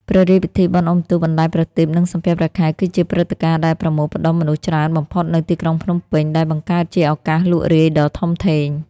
ព្រះរាជពិធីបុណ្យអុំទូក បណ្តែតប្រទីប និងសំពះព្រះខែ គឺជាព្រឹត្តិការណ៍ដែលប្រមូលផ្តុំមនុស្សច្រើនបំផុតនៅទីក្រុងភ្នំពេញ ដែលបង្កើតជាឱកាសលក់រាយដ៏ធំធេង។